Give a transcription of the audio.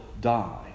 die